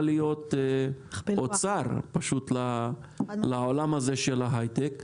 להיות פשוט אוצר לעולם הזה של ההייטק,